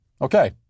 Okay